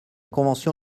convention